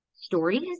stories